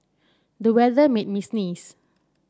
the weather made me sneeze